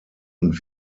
und